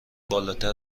بالاتر